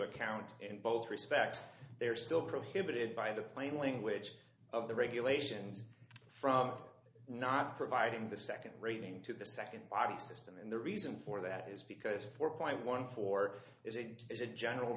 account in both respects they are still prohibited by the plain language of the regulations from not providing the second rating to the second body system and the reason for that is because four point one four is it is a general